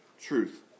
truth